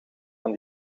van